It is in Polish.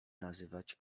nazywać